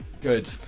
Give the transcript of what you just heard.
good